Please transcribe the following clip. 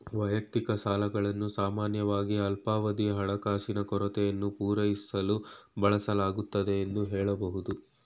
ವೈಯಕ್ತಿಕ ಸಾಲಗಳನ್ನು ಸಾಮಾನ್ಯವಾಗಿ ಅಲ್ಪಾವಧಿಯ ಹಣಕಾಸಿನ ಕೊರತೆಯನ್ನು ಪೂರೈಸಲು ಬಳಸಲಾಗುತ್ತೆ ಎಂದು ಹೇಳಬಹುದು